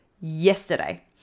yesterday